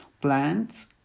plants